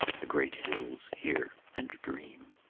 the great hills hear and dream.